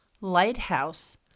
lighthouse